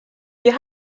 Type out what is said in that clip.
wir